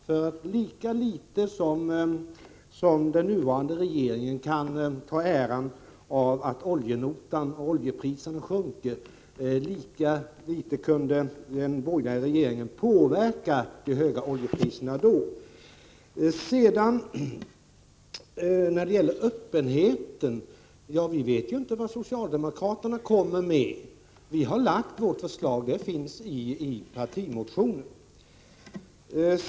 Men lika litet som den nuvarande regeringen kan ta äran av att oljepriserna sjunker, lika litet kunde den borgerliga regeringen påverka de höga oljepriserna då. Beträffande öppenhet vill jag säga: Vi vet inte vad socialdemokraterna kommer med. Men vi har lagt våra förslag — de finns i partimotioner.